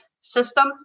system